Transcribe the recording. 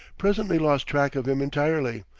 presently lost track of him entirely,